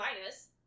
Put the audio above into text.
minus